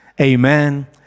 Amen